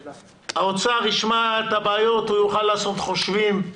האוצר ישמע את הבעיות, הוא יכול לעשות חושבים,